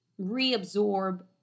reabsorb